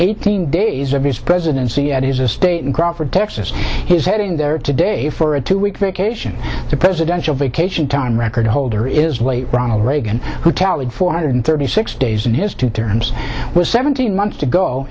eighteen days of his presidency at his estate in crawford texas his heading there today for a two week vacation the presidential vacation time record holder is late ronald reagan who tallied four hundred thirty six days in his two terms with seventeen months to go